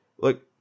look